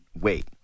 wait